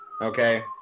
okay